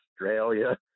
Australia